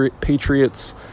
patriots